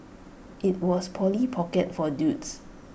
IT was Polly pocket for dudes